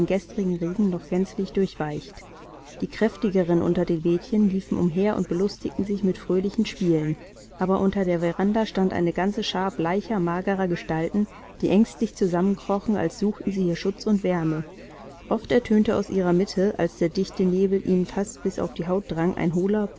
noch gänzlich durchweicht die kräftigeren unter den mädchen liefen umher und belustigten sich mit fröhlichen spielen aber unter der veranda stand eine ganze schar bleicher magerer gestalten die ängstlich zusammenkrochen als suchten sie hier schutz und wärme oft ertönte aus ihrer mitte als der dichte nebel ihnen fast bis auf die haut drang ein hohler